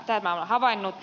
tämän olen havainnut